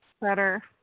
Better